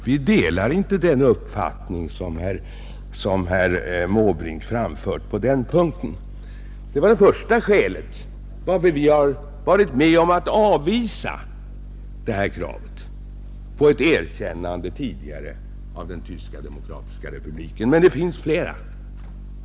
Vi delar inte den uppfattning som herr Måbrink framför på denna punkt. Detta är det första skälet till att vi tidigare har varit med om att avvisa kravet på erkännande av Tyska demokratiska republiken, Men det finns flera.